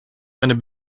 eine